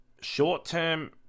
Short-term